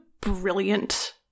brilliant